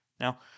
Now